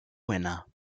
winner